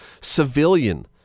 civilian